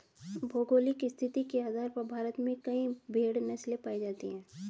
भौगोलिक स्थिति के आधार पर भारत में कई भेड़ नस्लें पाई जाती हैं